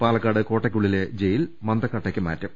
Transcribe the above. പാലക്കാട് കോട്ടക്കുള്ളിലെ ജയിൽ മന്തക്കാട്ടേക്ക് മാറ്റും